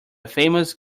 famous